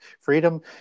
freedom